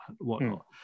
whatnot